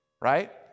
right